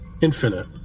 infinite